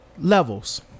levels